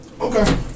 Okay